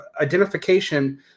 identification